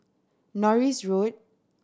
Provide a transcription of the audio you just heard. Norris Road